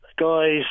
Guys